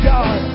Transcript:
God